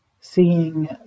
seeing